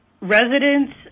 Residents